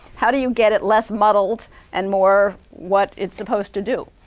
how do you get it less muddled and more what it's supposed to do?